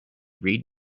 read